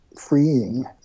freeing